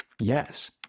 Yes